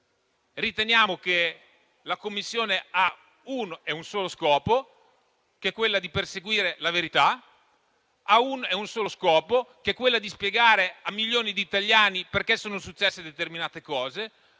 riteniamo che la Commissione abbia uno e un solo scopo, quello di perseguire la verità. Ha uno e un solo scopo, quello di spiegare a milioni di italiani perché sono successe determinate cose.